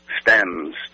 stems